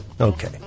Okay